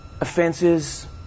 Offenses